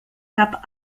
cap